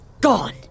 gone